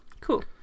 Cool